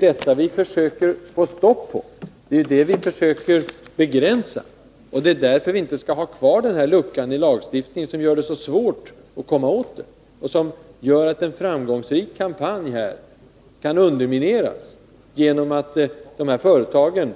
Det är ju detta som vi försöker begränsa eller stoppa. Därför bör vi inte ha kvar den här luckan i lagstiftningen, som gör det så svårt att komma åt problemet och som gör att en kampanj kan undermineras genom att de här företagen